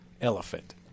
elephant